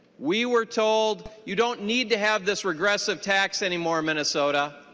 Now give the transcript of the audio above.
we were told you don't need to have this regressive tax anymore minnesota.